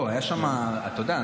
אתה יודע,